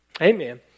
Amen